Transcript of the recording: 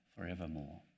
forevermore